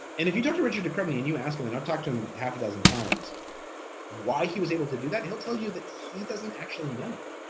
and if you talk to richard de crespigny and you ask him and i've talked to him half a dozen times why he was able to do that, he'll tell you that he doesn't actually know.